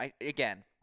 again